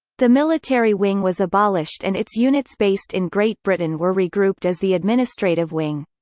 the military wing was abolished and its units based in great britain were regrouped as the administrative wing.